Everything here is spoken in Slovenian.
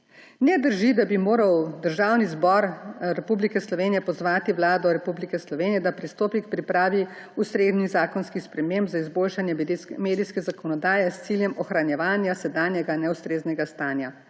Ne drži, da bi moral Državni zbor Republike Slovenije pozvati Vlado Republike Slovenije, da pristopi k pripravi ustreznih zakonskih sprememb za izboljšanje medijske zakonodaje s ciljem ohranjevanja sedanjega neustreznega stanja,